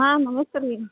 ಹಾಂ ನಮಸ್ಕಾರ ರೀ